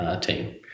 team